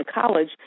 College